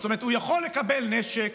זאת אומרת, הוא יכול לקבל נשק,